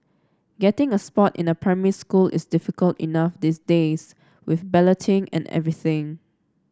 getting a spot in a primary school is difficult enough these days with balloting and everything